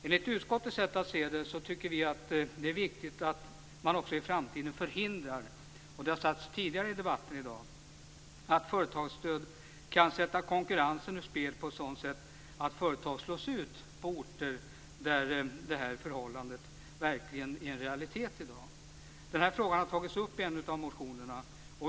Enligt utskottets sätt att se det tycker vi att det är viktigt att man också i framtiden förhindrar - och det har sagts tidigare i debatten i dag - att företagsstöd kan sätta konkurrensen ur spel på ett sådant sätt att företag slås ut på orter där det här förhållandet verkligen är en realitet i dag. Den här frågan har tagits upp i en av motionerna.